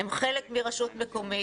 הם חלק מרשות מקומית,